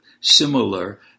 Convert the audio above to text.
Similar